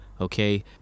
Okay